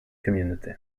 community